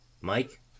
Mike